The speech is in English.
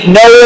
no